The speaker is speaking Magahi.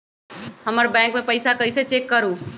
हमर बैंक में पईसा कईसे चेक करु?